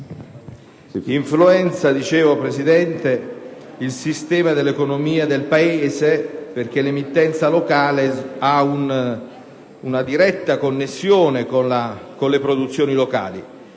influenza il sistema dell'economia del Paese, perché l'emittenza locale ha una diretta connessione con le produzioni locali.